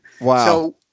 Wow